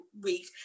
week